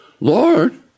Lord